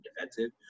defensive